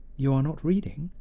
you are not reading,